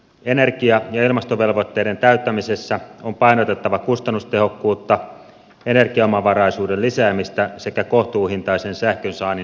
energia ja ilmastovelvoitteiden täyttämisessä on painotettava kustannustehokkuutta energiaomavaraisuuden lisäämistä sekä kohtuuhintaisen sähkönsaannin turvaamista